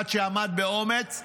אחד שעמד באומץ,